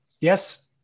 yes